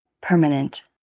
Permanent